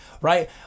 right